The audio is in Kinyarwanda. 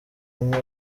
imwe